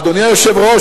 אדוני היושב-ראש,